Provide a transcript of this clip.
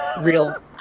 Real